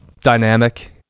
dynamic